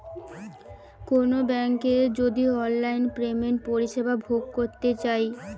কোনো বেংকের যদি অনলাইন পেমেন্টের পরিষেবা ভোগ করতে চাই